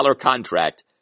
contract